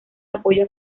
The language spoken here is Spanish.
apoyo